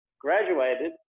Graduated